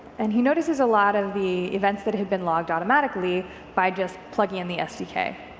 and he notices a lot of the events that have been logged automatically by just plugging in the sdk,